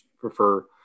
prefer